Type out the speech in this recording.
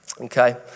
Okay